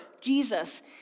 Jesus